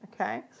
okay